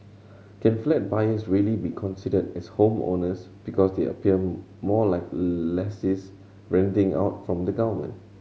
can flat buyers really be considered as homeowners because they appear more like lessees renting out from the government